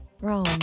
Rome